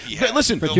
Listen